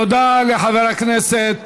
תודה לחבר הכנסת